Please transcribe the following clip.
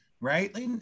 Right